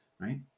right